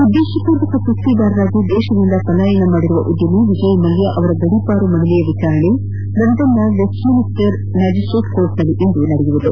ಉದ್ದೇಶಪೂರ್ವಕ ಸುಸ್ತಿದಾರರಾಗಿ ದೇಶದಿಂದ ಪಲಾಯನ ಮಾಡಿರುವ ಉದ್ಯಮಿ ವಿಜಯ್ ಮಲ್ಯ ಅವರ ಗಡಿಪಾರು ಮನವಿಯ ವಿಚಾರಣೆಯು ಲಂಡನ್ನ ವೆಸ್ಟ್ ಮಿನ್ಸ್ಟರ್ ಮ್ಯಾಜಿಸ್ಟ್ಲೇಟ್ ನ್ಯಾಯಾಲಯದಲ್ಲಿಂದು ನಡೆಯಲಿದೆ